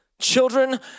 children